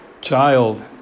child